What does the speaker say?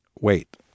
wait